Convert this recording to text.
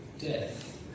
death